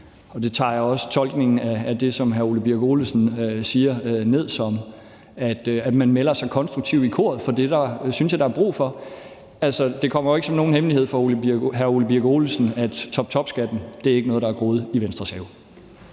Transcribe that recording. og der håber jeg – og sådan tolker jeg også det, som hr. Ole Birk Olesen siger – at man melder sig konstruktivt ind i koret, for det synes jeg der er brug for. Altså, det er jo ikke nogen hemmelighed for hr. Ole Birk Olesen, at toptopskatten ikke er noget, der er groet i Venstres baghave.